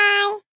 Bye